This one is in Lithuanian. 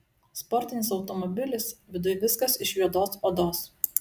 sportinis automobilis viduj viskas iš juodos odos